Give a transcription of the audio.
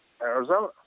Arizona